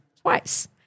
twice